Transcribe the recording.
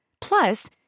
Plus